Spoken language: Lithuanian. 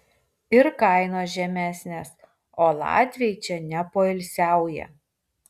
ir kainos žemesnės o latviai čia nepoilsiauja